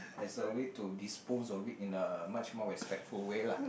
as a way to dispose of it in a much more respectful way lah